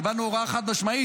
קיבלנו הוראה חד-משמעית,